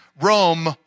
Rome